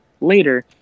later